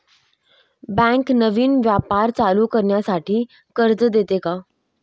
Bank नवीन व्यापार चालू करण्यासाठी कर्ज देते का?